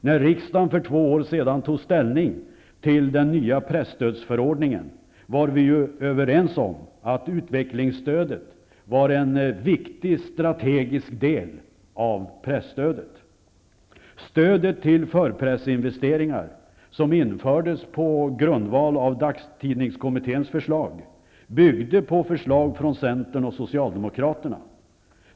När riksdagen för två år sedan tog ställning till den nya presstödsförordningen, var vi ju överens om att utvecklingsstödet var en viktig strategisk del av presstödet. Socialdemokraterna.